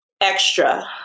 extra